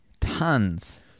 Tons